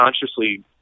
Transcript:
consciously